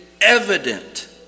evident